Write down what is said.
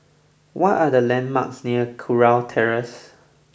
what are the landmarks near Kurau Terrace